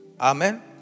Amen